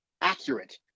accurate